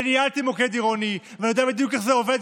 וניהלתי מוקד עירוני ואני יודע בדיוק איך זה עובד,